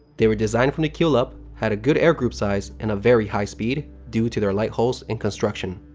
they were designed from the keel up, had a good air group size, and a very high speed due to their light hull and construction.